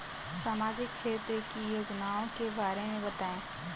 सामाजिक क्षेत्र की योजनाओं के बारे में बताएँ?